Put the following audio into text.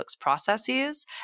processes